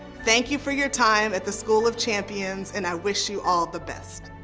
thank you for your time at the school of champions and i wish you all the best.